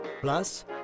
Plus